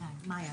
מאיה.